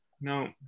no